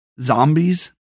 zombies